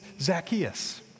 Zacchaeus